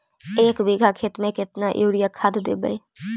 एक बिघा खेत में केतना युरिया खाद देवै?